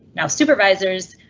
now supervisors,